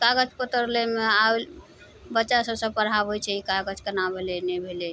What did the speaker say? कागज पत्तर लैमे आब बच्चा सभसँ पढ़ाबै छै ई कागज केना भेलै नहि भेलै